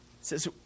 says